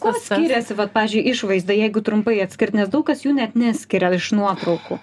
kuo skiriasi vat pavyzdžiui išvaizda jeigu trumpai atskirt nes daug kas jų net neskiria iš nuotraukų